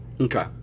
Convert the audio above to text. Okay